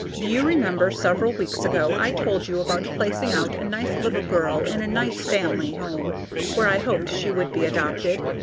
do you remember several weeks ago i told you about placing out a nice little girl in a nice family home where i hoped she would be adopted?